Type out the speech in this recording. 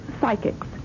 psychics